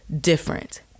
different